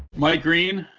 mike green.